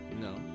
No